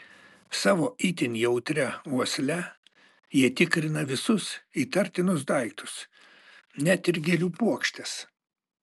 savo itin jautria uosle jie tikrina visus įtartinus daiktus net ir gėlių puokštes